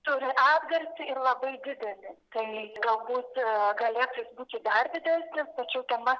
turi atgarsį ir labai didelį tai galbūt galėtų jis būti dar didesnis tačiau tema